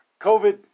COVID